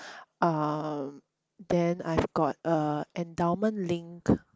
um then I've got uh endowment link